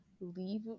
leave